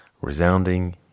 Resounding